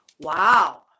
Wow